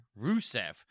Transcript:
Rusev